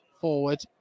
forward